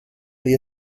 dio